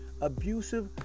abusive